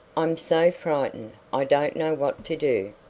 i'm so frightened i don't know what to do.